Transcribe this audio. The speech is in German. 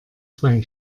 zwei